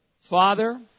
Father